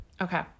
Okay